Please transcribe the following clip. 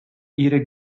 ihre